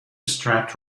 strapped